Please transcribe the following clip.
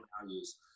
values